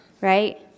right